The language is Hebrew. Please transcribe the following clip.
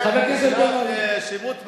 שמות בעלי,